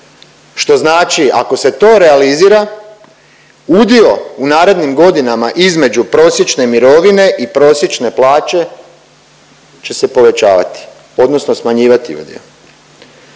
što znači, ako se to realizira, udio u narednim godinama između prosječne mirovine i prosječne plaće će se povećavati odnosno smanjivati